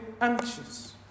anxious